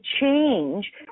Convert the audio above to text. change